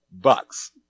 bucks